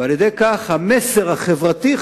ועל-ידי כך המסר החברתי,